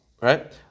right